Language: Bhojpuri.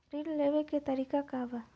ऋण लेवे के तरीका का बा?